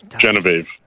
Genevieve